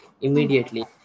immediately